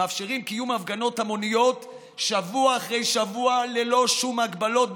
מאפשרים קיום הפגנות המוניות שבוע אחרי שבוע ללא שום הגבלות,